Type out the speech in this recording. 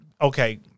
okay